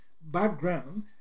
background